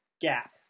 gap